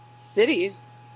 cities